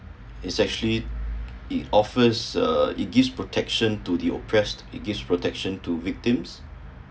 it's actually it offers uh it gives protection to the oppressed it gives protection to victims